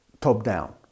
top-down